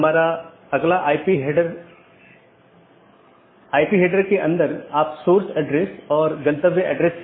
यहाँ दो प्रकार के पड़ोसी हो सकते हैं एक ऑटॉनमस सिस्टमों के भीतर के पड़ोसी और दूसरा ऑटॉनमस सिस्टमों के पड़ोसी